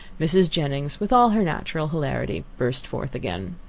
mrs. jennings, with all her natural hilarity, burst forth again.